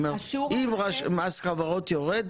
הוא אומר אם מס חברות יורד,